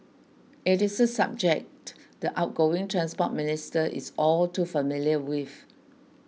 it is a subject the outgoing Transport Minister is all too familiar with